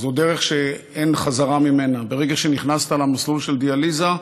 זאת דרך שאין חזרה ממנה: ברגע שנכנסת למסלול של דיאליזה,